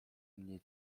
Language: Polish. mnie